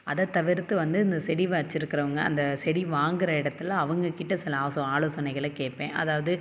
அதை தவிர்த்து வந்து இந்த செடி வச்சிருக்கறவுங்க அந்த செடி வாங்குற இடத்துல அவங்கக்கிட்ட சில ஆசோ ஆலோசனைகளை கேட்பேன் அதாவது